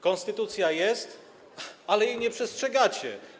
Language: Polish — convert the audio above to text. Konstytucja jest, ale jej nie przestrzegacie.